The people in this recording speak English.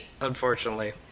Unfortunately